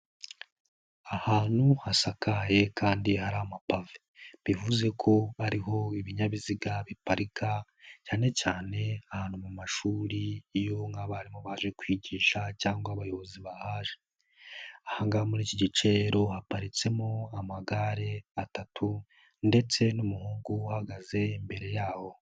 Ahantu hasakaye kandi hari amapave bivuze ko ari ho ibinyabiziga biparika cyane cyane ahantu mu mashuri iyo nk'abarimu baje kwigisha cyangwa abayobozi bahaje, aha ngaha muri iki gice rero haparitsemo amagare atatu ndetse n'umuhungu uhagaze imbere yaho.